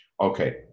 Okay